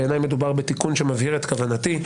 בעיניי מדובר בתיקון שמבהיר את כוונתי,